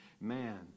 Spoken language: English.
man